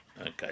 Okay